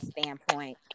standpoint